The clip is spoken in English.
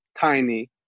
tiny